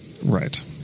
Right